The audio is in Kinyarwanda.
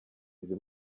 izi